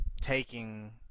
taking